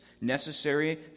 necessary